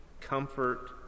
comfort